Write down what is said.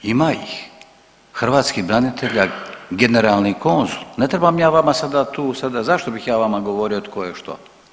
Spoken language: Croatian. Ima ih, hrvatskih branitelja, generalni konzul, ne trebam ja vama sada tu sada, zašto bih ja vama govorio tko je što?